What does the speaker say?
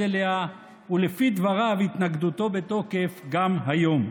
אליה ולפי דבריו התנגדותו בתוקף גם כיום.